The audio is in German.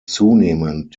zunehmend